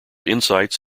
insights